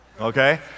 okay